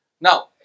Now